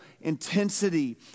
intensity